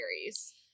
series